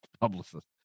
publicist